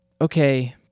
okay